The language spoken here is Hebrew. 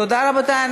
תודה, רבותי.